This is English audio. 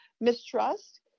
mistrust